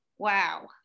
wow